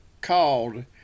called